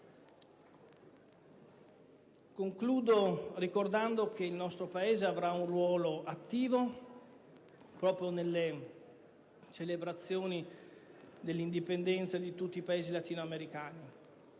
Concludo ricordando che il nostro Paese avrà un ruolo attivo nelle celebrazioni dell'indipendenza di tutti i Paesi latino-americani: